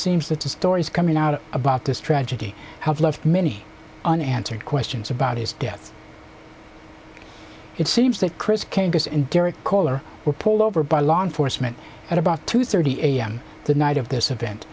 seems that the stories coming out about this tragedy have left many unanswered questions about his death it seems that chris came to us and derek color were pulled over by law enforcement at about two thirty a m the night of this event